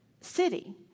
city